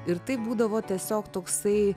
ir tai būdavo tiesiog toksai